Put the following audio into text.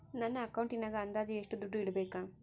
ನನ್ನ ಅಕೌಂಟಿನಾಗ ಅಂದಾಜು ಎಷ್ಟು ದುಡ್ಡು ಇಡಬೇಕಾ?